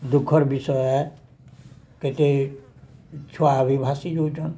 ଦୁଃଖର୍ ବିଷୟ ଆଏ କେତେ ଛୁଆ ଭି ଭାସି ଯାଉଛନ୍